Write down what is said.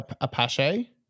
apache